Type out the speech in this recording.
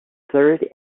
third